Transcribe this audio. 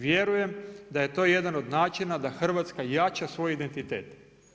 Vjerujem da je to jedan od načina da Hrvatska jača svoj identitet.